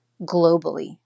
globally